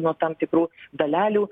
nuo tam tikrų dalelių